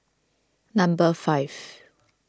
number five